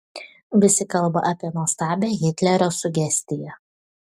visi kalba apie nuostabią hitlerio sugestiją